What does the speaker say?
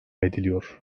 ediliyor